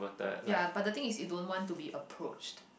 ya but the thing is you don't want to be approached